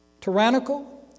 tyrannical